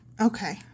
Okay